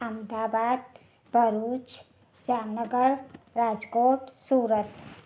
Ahmedabad Bharuch Jamnagar Rajkot Surat